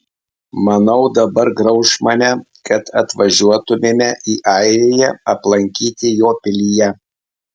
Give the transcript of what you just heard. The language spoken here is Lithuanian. manau dabar grauš mane kad važiuotumėme į airiją aplankyti jo pilyje